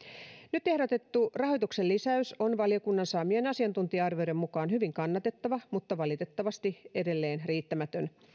nyt ehdotettu rahoituksen lisäys on valiokunnan saamien asiantuntija arvioiden mukaan hyvin kannatettava mutta valitettavasti edelleen riittämätön